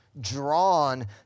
drawn